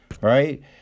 right